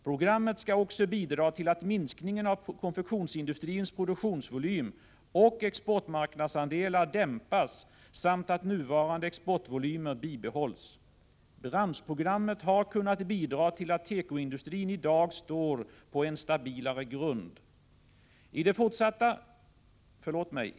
Programmet skall också bidra till att minskningen av konfektionsindustrins produktionsvolym och exportmarknadsandelar dämpas samt att nuvarande exportvolymer bibehålls. Branschprogrammet har kunnat bidra till att tekoindustrin i dag står på en stabilare grund.